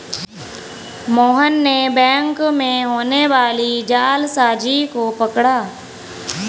मोहन ने बैंक में होने वाली जालसाजी को पकड़ा